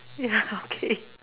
ya okay